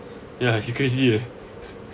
ya it's crazy eh